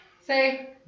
Say